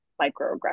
microaggressions